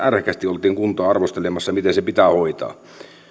ärhäkkäästi oltiin kuntaa arvostelemassa miten se pitää hoitaa